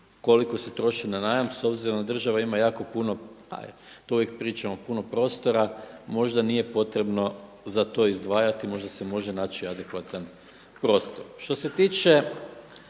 koliko se troši na najam s obzirom da država ima jako puno, pa to uvijek pričamo puno prostora. Možda nije potrebno za to izdvajati, možda se može naći adekvatan prostor. Što se tiče